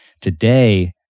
Today